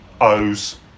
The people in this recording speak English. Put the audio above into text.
O's